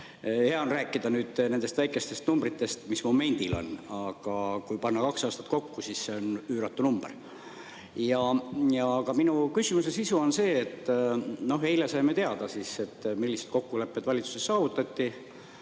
Hea on rääkida nendest väikestest numbritest, mis momendil on, aga kui panna kaks aastat kokku, siis see number on üüratu. Aga minu küsimuse sisu on [järgmine]. Eile saime teada, millised kokkulepped valitsuses saavutati.